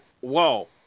Whoa